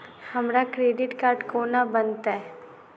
हमरा credit card कोना बनतै?